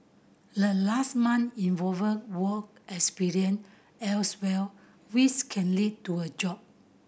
the last month involve work experience elsewhere which can lead to a job